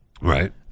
Right